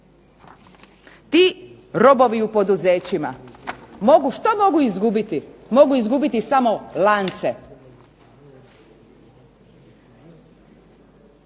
Ti robovi u poduzećima mogu, što mogu izgubiti. Mogu izgubiti samo lance.